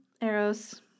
arrows